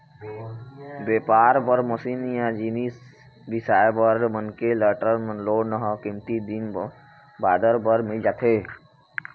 बेपार बर मसीन या जिनिस बिसाए बर मनखे ल टर्म लोन ह कमती दिन बादर बर मिल जाथे